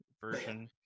version